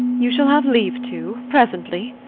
you shall have leave to, presently.